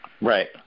Right